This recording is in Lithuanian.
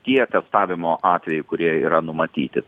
tie testavimo atvejai kurie yra numatyti